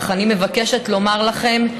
אך אני מבקשת לומר לכם,